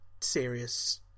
serious